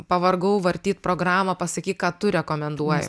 pavargau vartyt programą pasakyk ką tu rekomenduoji